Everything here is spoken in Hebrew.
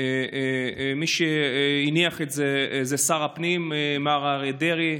מי שהניח את זה הוא שר הפנים מר אריה דרעי,